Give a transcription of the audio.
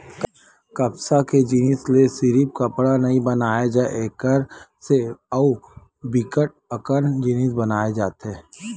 कपसा के जिनसि ले सिरिफ कपड़ा नइ बनाए जाए एकर से अउ बिकट अकन जिनिस बनाए जाथे